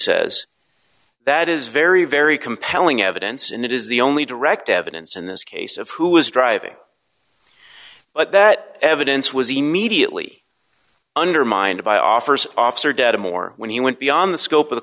says that is very very compelling evidence and it is the only direct evidence in this case of who was driving but that evidence was immediately undermined by offers officer dead or more when he went beyond the scope of the